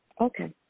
Okay